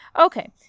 okay